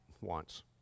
wants